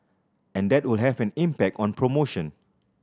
and that will have an impact on promotion